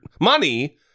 money